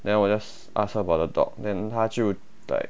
then 我 just ask her about the dog then 她就 like